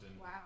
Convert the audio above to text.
Wow